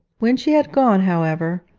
when she had gone, however,